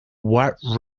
what